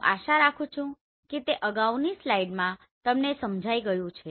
હું આશા રાખું છું કે તે અગાઉની સ્લાઇડ્સમાં તમને તે સમજાઇ ગયું છે